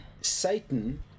Satan